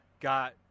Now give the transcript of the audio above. got